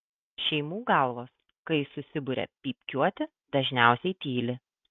šeimų galvos kai susiburia pypkiuoti dažniausiai tyli